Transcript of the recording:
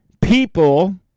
people